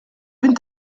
une